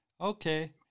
Okay